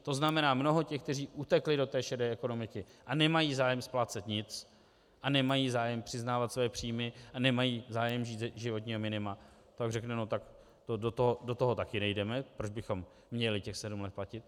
To znamená, mnoho těch, kteří utekli do té šedé ekonomiky a nemají zájem splácet nic a nemají zájem přiznávat své příjmy a nemají zájem žít ze životního minima, řekne: no tak do toho také nejdeme, proč bychom měli těch sedm let platit.